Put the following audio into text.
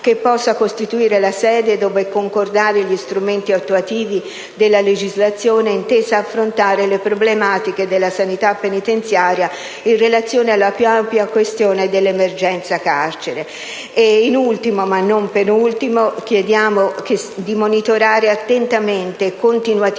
che possa costituire la sede dove concordare gli strumenti attuativi della legislazione intesa ad affrontare le problematiche della sanità penitenziaria in relazione alla più ampia questione dell'emergenza carcere. In ultimo, ma non per ultimo, chiediamo di monitorare attentamente e continuativamente